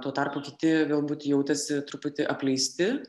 tuo tarpu kiti galbūt jautėsi truputį apleisti